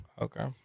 Okay